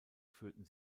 führten